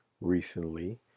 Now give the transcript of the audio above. recently